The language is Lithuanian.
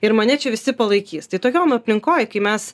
ir mane čia visi palaikys tai tokiom aplinkoj kai mes